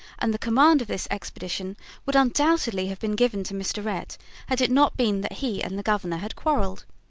and the command of this expedition would undoubtedly have been given to mr. rhett had it not been that he and the governor had quarrelled.